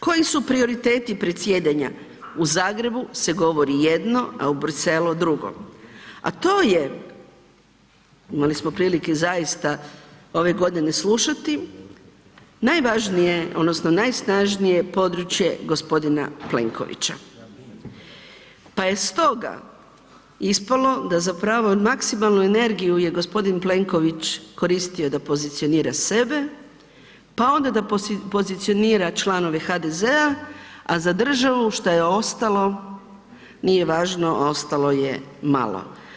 Koji su prioriteti predsjedanja, u Zagrebu se govori jedno, a u Briselu drugo, a to je, imali smo prilike zaista ove godine slušati, najvažnije odnosno najsnažnije područje g. Plenkovića, pa je stoga ispalo da zapravo maksimalnu energiju je g. Plenković koristio da pozicionira sebe, pa onda da pozicionira članove HDZ-a, a za državu šta je ostalo, nije važno, ostalo je malo.